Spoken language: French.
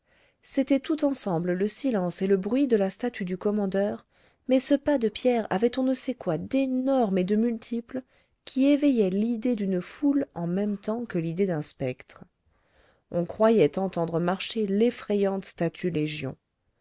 c'était tout ensemble le silence et le bruit de la statue du commandeur mais ce pas de pierre avait on ne sait quoi d'énorme et de multiple qui éveillait l'idée d'une foule en même temps que l'idée d'un spectre on croyait entendre marcher l'effrayante statue légion